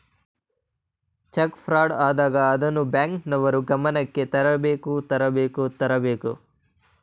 check fraud ಆದಾಗ ಅದನ್ನು ಬ್ಯಾಂಕಿನವರ ಗಮನಕ್ಕೆ ತರಬೇಕು ತರಬೇಕು ತರಬೇಕು